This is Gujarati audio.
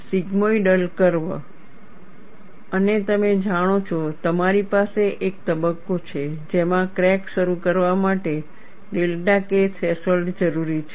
Sigmoidal Curve સિગમોઈડલ કર્વ અને તમે જાણો છો તમારી પાસે એક તબક્કો છે જેમાં ક્રેક શરૂ કરવા માટે ડેલ્ટા K થ્રેશોલ્ડ જરૂરી છે